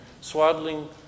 swaddling